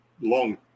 long